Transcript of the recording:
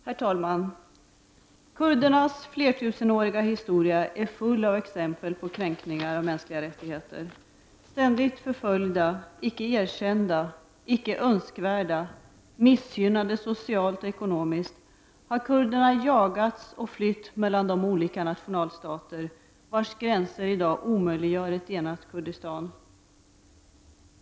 Herr talman! Kurdernas flertusenåriga historia är full av exempel på kränkningar av mänskliga rättigheter. Ständigt förföljda, icke erkända, icke önskvärda, missgynnade socialt och ekonomiskt har kurderna jagats och flytt mellan de olika nationalstater vars gränser i dag omöjliggör ett enat Kurdistan.